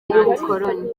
y’ubukoloni